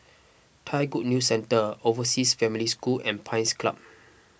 Thai Good News Centre Overseas Family School and Pines Club